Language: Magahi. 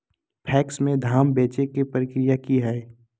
पैक्स में धाम बेचे के प्रक्रिया की हय?